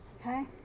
Okay